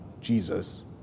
Jesus